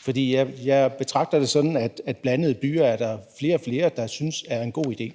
for jeg betragter det sådan, at der er flere og flere, der synes, at blandede byer er en god idé.